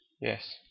Yes